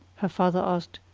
her father asked,